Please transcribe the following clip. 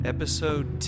Episode